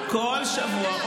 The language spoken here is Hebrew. כל שבוע,